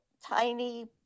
tiny